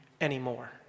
anymore